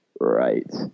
right